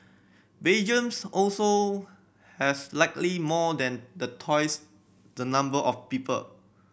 Belgiums also has slightly more than the twice the number of people